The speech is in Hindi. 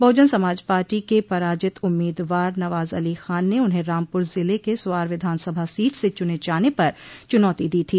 बहुजन समाज पार्टी के पराजित उम्मीदवार नवाज अली खान ने उन्हें रामपुर जिले के सुआर विधानसभा सीट से चुने जाने पर चुनौती दी थी